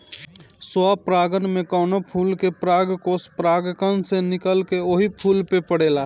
स्वपरागण में कवनो फूल के परागकोष परागण से निकलके ओही फूल पे पड़ेला